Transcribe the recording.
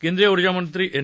केंद्रीय ऊर्जामंत्री एन